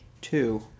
Two